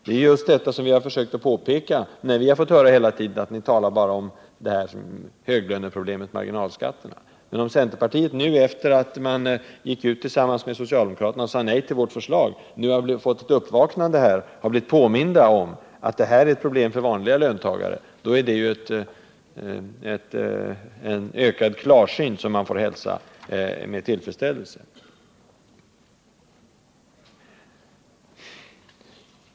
Det är just detta som vi har försökt påpeka. Men vi har hela tiden fått höra att ”ni bara talar om det här höglöneproblemet marginalskatterna”. Om centerpartiet nu, efter det att man tillsammans med socialdemokraterna sagt nej till vårt förslag, har vaknat upp, har blivit påmint om att detta är ett problem för vanliga löntagare, då är det en ökad klarsyn som man får hälsa med tillfredsställelse.